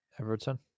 Everton